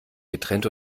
getrennt